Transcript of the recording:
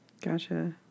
Gotcha